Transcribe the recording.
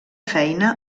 feina